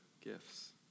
gifts